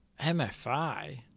MFI